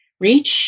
reach